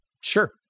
sure